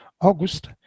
August